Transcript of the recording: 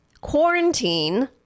quarantine